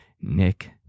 Nick